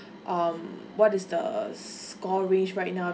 um what is the score range right now